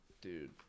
dude